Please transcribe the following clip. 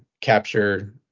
capture